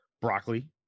Broccoli